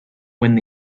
when